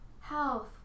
health